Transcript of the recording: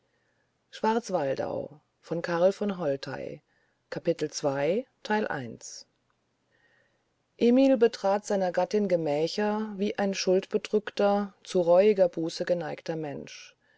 emil betrat seiner gattin gemächer wie ein schuldbedrückter zu reuiger buße geneigter mensch